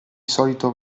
solito